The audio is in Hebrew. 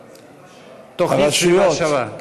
לגבי הרשויות, תוכנית "סביבה שווה".